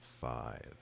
five